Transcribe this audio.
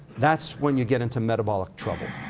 that's when you get into metabolic trouble.